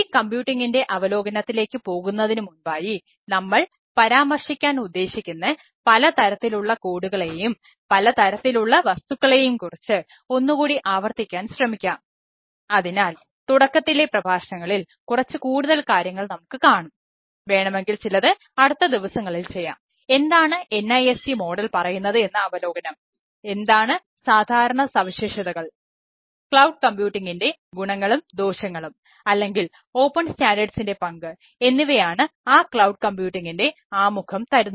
ഈ കമ്പ്യൂട്ടിംഗിൻറെ ആമുഖം തരുന്നത്